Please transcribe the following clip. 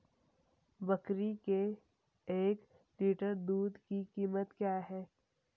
बकरी के एक लीटर दूध की कीमत क्या है?